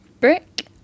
Brick